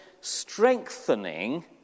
strengthening